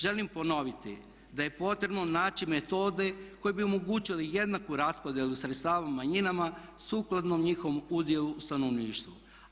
Želim ponoviti da je potrebno nači metode koje bi omogućile jednaku raspodjelu sredstava manjinama sukladno njihovom udjelu u stanovništvu.